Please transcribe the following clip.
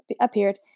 appeared